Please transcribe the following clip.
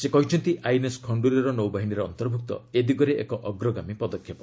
ସେ କହିଛନ୍ତି ଆଇଏନ୍ଏସ୍ ଖଣ୍ଠୁରୀର ନୌବାହିନୀରେ ଅନ୍ତର୍ଭୁକ୍ତ ଏ ଦିଗରେ ଏକ ଅଗ୍ରଗାମୀ ପଦକ୍ଷେପ